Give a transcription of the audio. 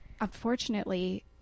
Unfortunately